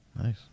Nice